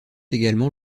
également